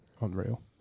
unreal